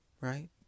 Right